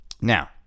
Now